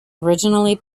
originally